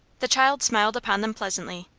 the child smiled upon them pleasantly.